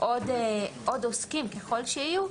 עוד עוסקים, ככל שיהיו,